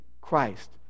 Christ